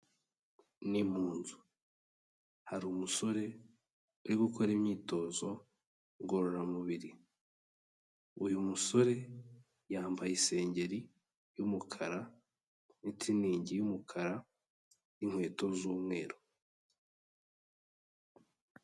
Ni mu nzu, hari umusore uri gukora imyitozo ngororamubiri, uyu musore yambaye isengeri y'umukara n'itiriningi y'umukara n'inkweto z'umweru.